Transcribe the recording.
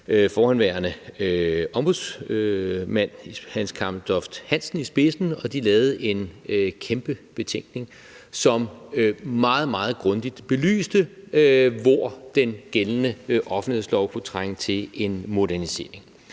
forhenværende ombudsmand Hans Gammeltoft-Hansen i spidsen, og de lavede en kæmpe betænkning, som meget, meget grundigt belyste, hvor den gældende offentlighedslov kunne trænge til en modernisering.